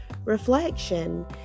reflection